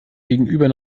gegenüber